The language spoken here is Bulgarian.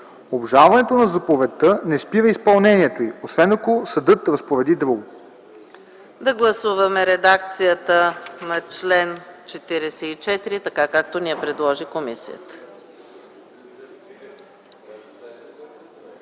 Обжалването на заповедта не спира изпълнението й, освен ако съдът разпореди друго.”